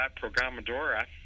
Programadora